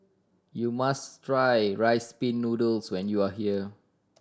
you must try Rice Pin Noodles when you are here